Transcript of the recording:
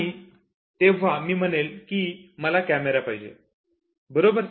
आणि तेव्हा मी म्हणेल की मला कॅमेरा पाहिजे बरोबर